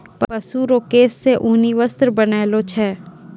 पशु रो केश से ऊनी वस्त्र बनैलो छै